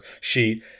sheet